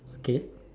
okay